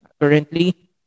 currently